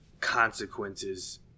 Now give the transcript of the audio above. consequences